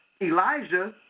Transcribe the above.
Elijah